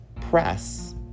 press